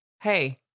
Hey